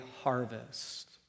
harvest